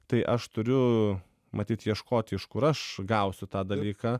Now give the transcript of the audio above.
tai aš turiu matyt ieškoti iš kur aš gausiu tą dalyką